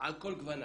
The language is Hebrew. על כל גווניו,